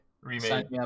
remake